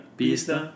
pista